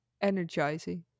energizing